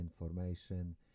information